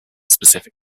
specific